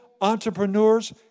entrepreneurs